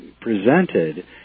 presented